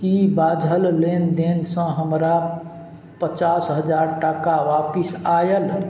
की बाझल लेनदेनसँ हमरा पचास हजार टाका वापिस आयल